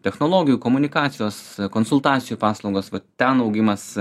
technologijų komunikacijos konsultacijų paslaugos ten augimas